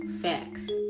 Facts